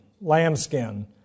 lambskin